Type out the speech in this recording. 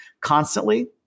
constantly